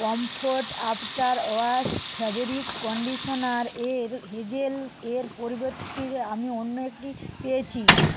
comfort after wash fabric কন্ডিশনারের hazel এর পরিবর্তে আমি অন্য একটি পেয়েছি